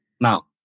Now